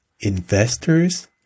investors